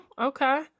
Okay